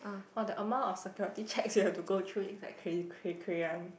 !wah! the amount of security checks you have to go through is like cra~ cra~ cray~ [one]